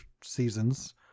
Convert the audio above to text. seasons